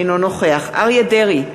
אינו נוכח אריה דרעי,